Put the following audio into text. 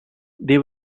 they